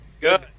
good